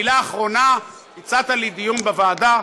מילה אחרונה, הצעת לי דיון בוועדה.